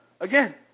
again